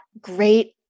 great